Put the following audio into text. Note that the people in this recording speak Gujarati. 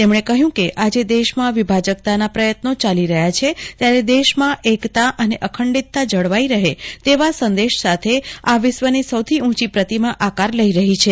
તેમણે કહ્યું કેઆજે દેશમાં વિભાજકતાના પ્રયત્નો ચાલી રહ્યા છે ત્યારે દેશમાં એકતા અને અખંડીતતા જળવાઈ રહે તેવા સંદેશા સાથે આ વિશ્વની સૌથી ઉંચી પ્રતિમા આકાર લઈ રહી છે